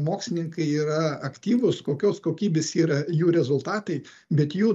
mokslininkai yra aktyvūs kokios kokybės yra jų rezultatai bet jų